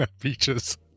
Beaches